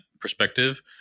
perspective